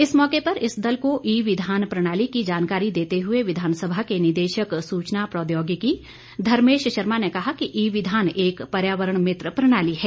इस मौके पर इस दल को ई विधान प्रणाली की जानकारी देते हुए विधानसभा के निदेशक सूचना प्रौद्योगिकी धर्मेश शर्मा ने कहा कि ई विधान एक पर्यावरण मित्र प्रणाली है